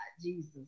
Jesus